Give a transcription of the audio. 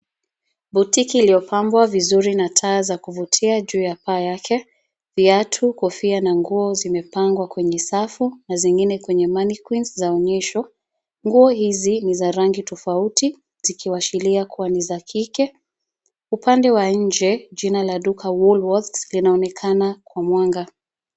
Botiki iliyopangwa vizuri na taa za kuvutia juu ya paa yake, viatu kofia na nguo zimepangwa kwenye safu na zingine kwenye mannequins za onyesho. Nguo hizi ni za rangi tofauti zikiwashilia kuwa ni za kike upande wa nje jina la duka WOOLWORTHS linaonekana kwa mwanga.